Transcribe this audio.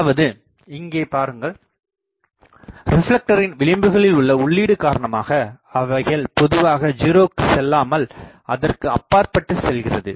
அதாவது இங்கே பாருங்கள் ரிப்லெக்டரின் விளிம்புகளில் உள்ள உள்ளீடு காரணமாக அவைகள் பொதுவாக 0 க்குச் செல்லாமல் அதற்கு அப்பாற்பட்டு செல்கிறது